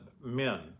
men